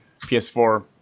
PS4